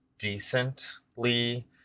decently